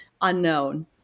unknown